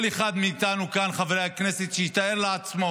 כל אחד מאיתנו כאן, חברי הכנסת, שיתאר לעצמו